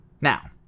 Now